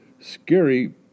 Scary